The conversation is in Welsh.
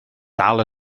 dal